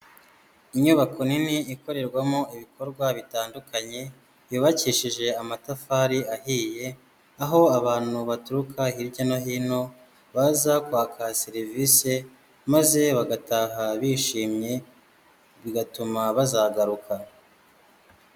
Inyubako nini ikorerwamo ibikorwa bitandukanye, yubakishije amatafari ahiye, aho abantu baturuka hirya no hino baza kwaka serivise, maze bagataha bishimye, bigatuma bazagaruka.